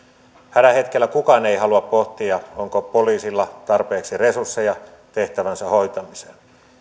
hädän hetkellä kukaan ei halua pohtia onko poliisilla tarpeeksi resursseja tehtävänsä hoitamiseen